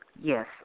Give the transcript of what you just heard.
Yes